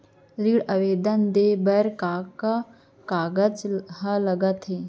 ऋण आवेदन दे बर का का कागजात ह लगथे?